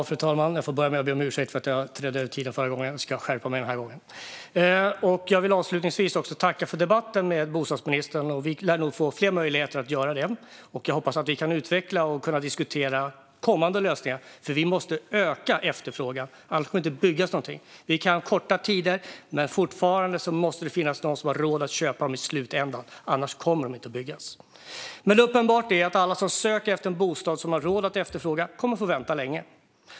Fru talman! Jag får börja med att be om ursäkt för att jag överskred min tid förra gången. Den här gången ska jag skärpa mig. Jag vill avslutningsvis tacka för debatten med bostadsministern. Vi lär nog få fler möjligheter att debattera, och jag hoppas att vi kan utveckla och diskutera kommande lösningar. Vi måste öka efterfrågan, annars kommer det inte att byggas någonting. Vi kan korta tiderna, men fortfarande måste det finnas de som har råd att köpa i slutändan, annars kommer det inte att byggas. Uppenbart är att alla som söker efter en bostad och som har råd att efterfråga en kommer att få vänta länge.